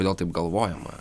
kodėl taip galvojama